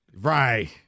Right